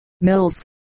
mills